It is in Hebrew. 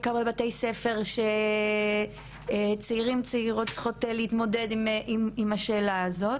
בעיקר בבתי הספר שצעירים וצעירות צריכים וצריכות להתמודד עם השאלה הזאת